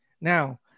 Now